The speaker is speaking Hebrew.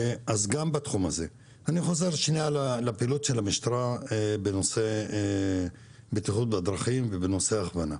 אני חוזר לפעילות של המשטרה בנושא בטיחות בדרכים ובנושא הכוונה.